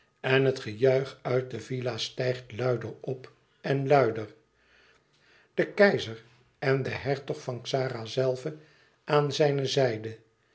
en het gejuich uit de villa's stijgt luider op en luider de keizer en de hertog van xara zelve aan zijne zijde